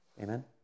Amen